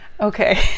Okay